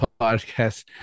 podcast